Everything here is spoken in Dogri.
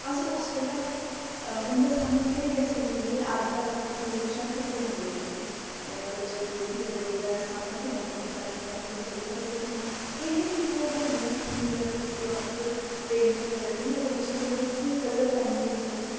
अस उस बेल्लै गै उंदे सामनै केईं ऐसियां चीजां जियां अज्जकल अस दिक्खने आं बच्चें दे हत्थे च फोन देउड़दे जियां बच्चे दुद्ध पिया दे ते ओह्दे सामनै फोन लाउड़ेआ ताइयें बच्चा जेह्ड़ा चुप्प होंदा इनें चीजें हटाइयै जिसलै बच्चे दिवार उप्पर पेंटिगां करा दे नी अगर उस बेल्लै उ'नें कलर पैंसल्स देचै